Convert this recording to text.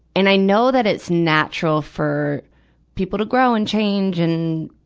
and i know that it's natural for people to grow and change and,